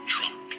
Trump